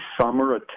summer